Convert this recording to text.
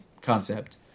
concept